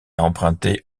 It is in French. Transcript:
emprunté